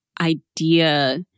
idea